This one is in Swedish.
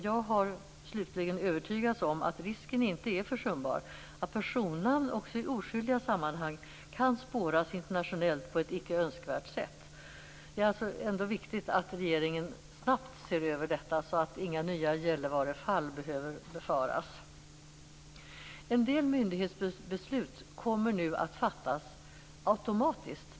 Jag har slutligen övertygats om att risken inte är försumbar för att personnamn också i oskyldiga sammanhang kan spåras internationellt på ett icke önskvärt sätt. Det är alltså viktigt att regeringen snabbt ser över detta så att inga nya Gällivarefall behöver befaras. En del myndighetsbeslut kommer nu att fattas automatiskt.